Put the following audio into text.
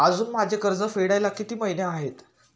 अजुन माझे कर्ज फेडायला किती महिने आहेत?